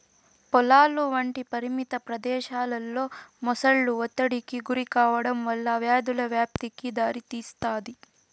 పొలాలు వంటి పరిమిత ప్రదేశాలలో మొసళ్ళు ఒత్తిడికి గురికావడం వల్ల వ్యాధుల వ్యాప్తికి దారితీస్తాది